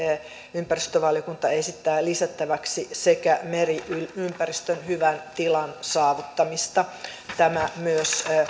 ympäristövaliokunta esittää lisättäväksi sekä meriympäristön hyvän tilan saavuttamista tämä myös